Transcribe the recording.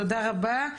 תודה רבה.